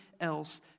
else